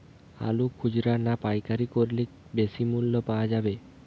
আলু খুচরা না পাইকারি করলে বেশি মূল্য পাওয়া যাবে?